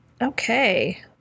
Okay